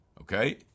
okay